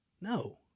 No